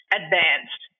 advanced